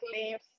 leaves